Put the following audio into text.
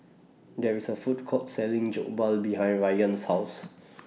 There IS A Food Court Selling Jokbal behind Rian's House